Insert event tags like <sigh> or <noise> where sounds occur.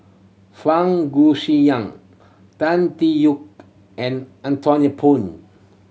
Fang <unintelligible> Tan Tee Yoke and Anthony Poon